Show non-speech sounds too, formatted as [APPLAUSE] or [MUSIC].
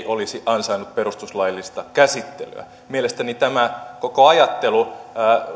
[UNINTELLIGIBLE] olisi ansainnut perustuslaillista käsittelyä mielestäni tämä koko ajattelu